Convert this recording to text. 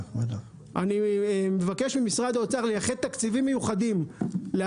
אני מבקש ממשרד האוצר לייחד תקציבים מיוחדים; לא